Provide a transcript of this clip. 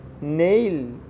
Nail